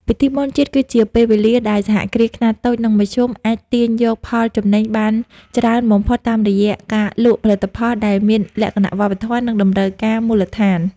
ពិធីបុណ្យជាតិគឺជាពេលវេលាដែលសហគ្រាសខ្នាតតូច និងមធ្យម អាចទាញយកផលចំណេញបានច្រើនបំផុតតាមរយៈការលក់ផលិតផលដែលមានលក្ខណៈវប្បធម៌ និងតម្រូវការមូលដ្ឋាន។